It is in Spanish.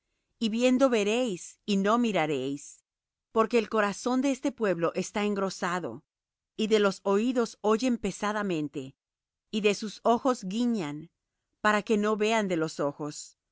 y viendo veréis y no miraréis porque el corazón de este pueblo está engrosado y de los oídos oyen pesadamente y de sus ojos guiñan para que no vean de los ojos